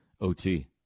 OT